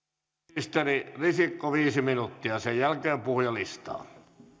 ministeri risikko viisi minuuttia ja sen jälkeen puhujalistaan